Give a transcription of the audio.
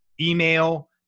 email